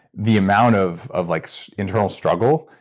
the amount of of like so internal struggle,